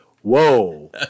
Whoa